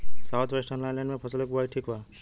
South western lowland में फसलों की बुवाई ठीक बा?